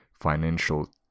financial